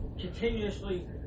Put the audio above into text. continuously